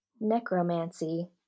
necromancy